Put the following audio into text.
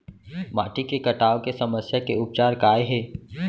माटी के कटाव के समस्या के उपचार काय हे?